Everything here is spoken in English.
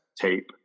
tape